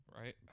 Right